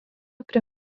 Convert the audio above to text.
prie